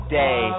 day